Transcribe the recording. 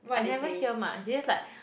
I never hear much is just like